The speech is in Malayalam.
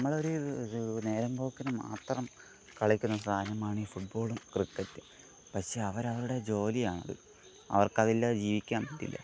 നമ്മളൊരു ഇത് നേരമ്പോക്കിനു മാത്രം കളിക്കുന്ന ഒരു സാധനമാണ് ഈ ഫുട് ബോളും ക്രിക്കറ്റും പക്ഷേ അവരവരുടെ ജോലിയാണത് അവർക്കതില്ലാതെ ജീവിക്കാൻ പറ്റില്ല